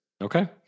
Okay